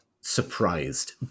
surprised